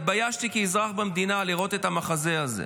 התביישתי כאזרח במדינה לראות את המחזה הזה.